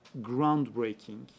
groundbreaking